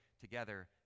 together